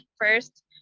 first